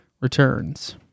Returns